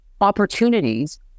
opportunities